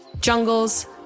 Jungles